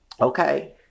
Okay